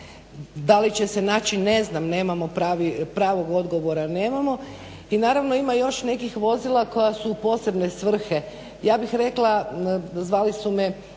da li će se naći ne znam, nemamo pravog odgovora. I naravno ima još nekih vozila koja su u posebne svrhe, ja bih rekla zvali su me